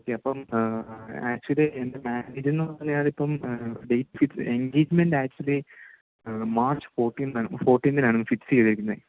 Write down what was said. okay അപ്പോള് actually എൻ്റെ മാര്യേജെന്നു പറഞ്ഞാല് ഇപ്പോള് date fix engagement actually March ഫോർട്ടീനാണ് ഫോർട്ടീന്തിനാണ് ഫിക്സ് ചെയ്തേക്കുന്നത്